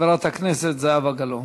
חברת הכנסת זהבה גלאון.